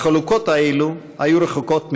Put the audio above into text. החלוקות האלה היו רחוקות ממנו.